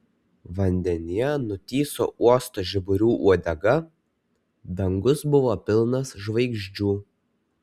vandenyje nutįso uosto žiburių uodega dangus buvo pilnas žvaigždžių